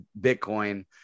bitcoin